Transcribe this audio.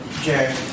Okay